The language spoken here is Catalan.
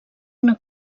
una